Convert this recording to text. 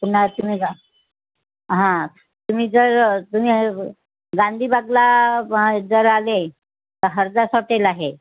पुन्हा तुम्ही जा हां तुम्ही जर तुम्ही गांधी बागला जर आले तर हरदास हॉटेल आहे